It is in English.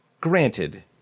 granted